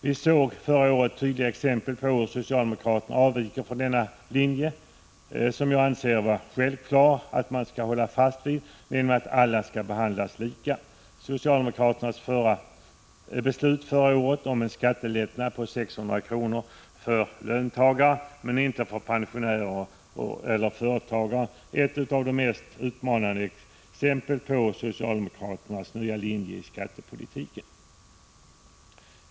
Vi såg förra året tydliga exempel på hur socialdemokraterna avviker från linjen — vilken jag anser det självklart att man skall stå fast vid — att alla skall behandlas lika. Socialdemokraternas beslut förra året om en skattelättnad på 600 kr. för löntagare men inte för pensionärer eller företagare är ett av de mest utmanande exemplen på socialdemokraternas nya linje i skattepolitiken.